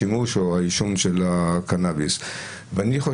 אני יכול